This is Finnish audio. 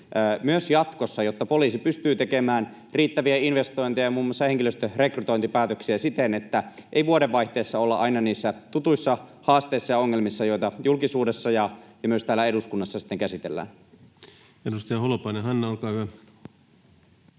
myös jatkossa, jotta poliisi pystyy tekemään riittäviä investointeja, muun muassa henkilöstön rekrytointipäätöksiä, siten, että ei vuodenvaihteessa olla aina niissä tutuissa haasteissa ja ongelmissa, joita julkisuudessa ja myös täällä eduskunnassa sitten käsitellään. Edustaja Holopainen, Hanna, olkaa hyvä.